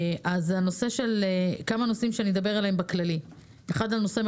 אז יש כמה נושאים שאדבר עליהם בכללי: אחד הנושאים